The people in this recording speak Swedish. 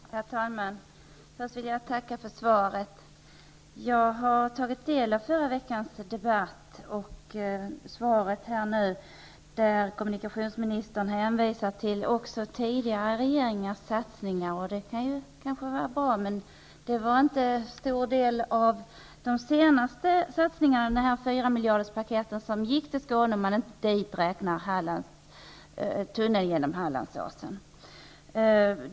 Herr talman! Först vill jag tacka för svaret. Jag har tagit del av förra veckans debatt och detta svar, där kommunikationsministern hänvisar även till tidigare regeringars satsningar, vilket kanske kan vara bra. Men det var inte någon stor del av de senaste satsningarna, paketet på 4 miljarder, som gick till Skåne, om man inte dit räknar tunneln genom Hallandsåsen.